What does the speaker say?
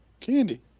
Candy